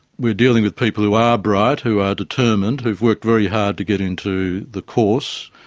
we are dealing with people who are bright, who are determined, who've worked very hard to get into the course.